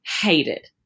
hated